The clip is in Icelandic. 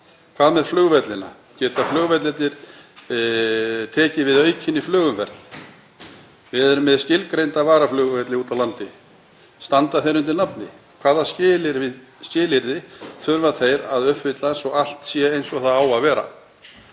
Hvað með flugvellina? Geta flugvellirnir tekið við aukinni flugumferð? Við erum með skilgreinda varaflugvelli úti á landi. Standa þeir undir nafni? Hvaða skilyrði þurfa þeir að uppfylla svo allt sé eins og það á að vera?